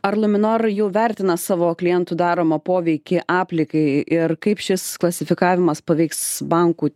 ar luminor jau vertina savo klientų daromą poveikį aplinkai ir kaip šis klasifikavimas paveiks bankų